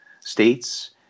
states